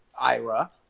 IRA